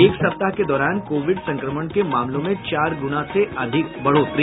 एक सप्ताह के दौरान कोविड संक्रमण के मामलों में चार ग्रणा से अधिक बढ़ोतरी